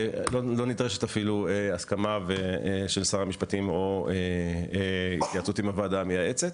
לא נדרשת אפילו הסכמה של שר המשפטים או התייעצות עם הוועדה המייעצת.